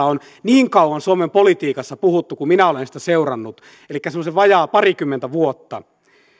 on niin kauan suomen politiikassa puhuttu kuin minä olen sitä seurannut elikkä semmoiset vajaa parikymmentä vuotta